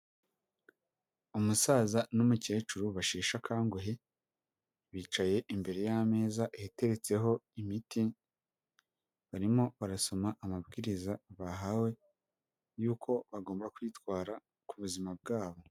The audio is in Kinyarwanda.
Umusaza n'umukecuru basheshe akanguhe bicaye imbere y'ameza iteretseho imiti, barimo barasoma amabwiriza bahawe yuko bagomba kwitwara ku buzima bwabo.